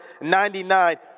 ninety-nine